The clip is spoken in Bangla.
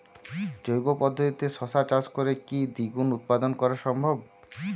জৈব পদ্ধতিতে শশা চাষ করে কি দ্বিগুণ উৎপাদন করা সম্ভব?